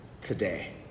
today